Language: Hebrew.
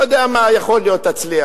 אתה יודע מה, יכול להיות שתצליח.